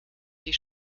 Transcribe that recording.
die